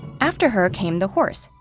after her came the horse,